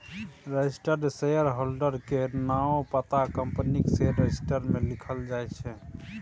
registered shareholder केर नाओ आ पता कंपनीक शेयर रजिस्टर मे लिखल जाइ छै